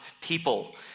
people